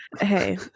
hey